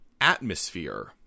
atmosphere